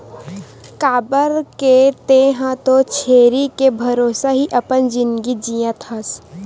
काबर के तेंहा तो छेरी के भरोसा ही अपन जिनगी जियत हस